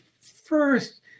first